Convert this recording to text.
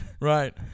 Right